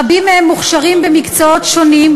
רבים מהם מוכשרים במקצועות שונים,